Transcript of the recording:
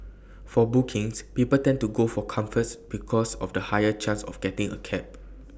for bookings people tend to go for comforts because of the higher chance of getting A cab